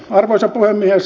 arvoisa puhemies